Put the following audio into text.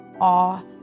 awe